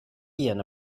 ian